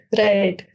right